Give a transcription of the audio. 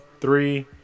Three